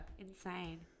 Insane